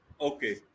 Okay